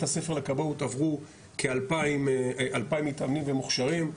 הספר לכבאות עברו כאלפיים מתאמנים ומוכשרים.